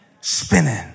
spinning